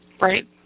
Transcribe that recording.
Right